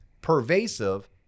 pervasive